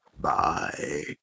Bye